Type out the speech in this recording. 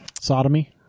Sodomy